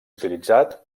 utilitzat